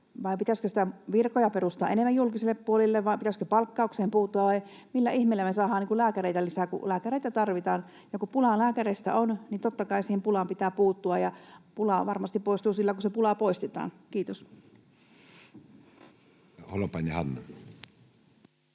Vai pitäisikö virkoja perustaa enemmän julkiselle puolelle, vai pitäisikö palkkaukseen puuttua, vai millä ihmeellä me saamme lääkäreitä lisää, kun lääkäreitä tarvitaan? Ja kun pulaa lääkäreistä on, niin totta kai siihen pulaan pitää puuttua, ja pula varmasti poistuu sillä, kun se pula poistetaan. — Kiitos.